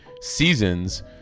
seasons